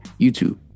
YouTube